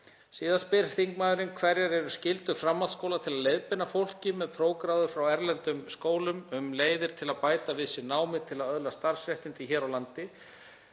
Síðan spyr þingmaðurinn: Hverjar eru skyldur framhaldsskóla til að leiðbeina fólki með prófgráður frá erlendum skólum um leiðir til að bæta við sig námi til að öðlast starfsréttindi hér á landi?